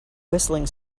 whistling